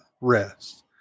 rest